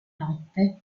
notte